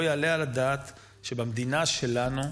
לא יעלה על הדעת שבמדינה שלנו,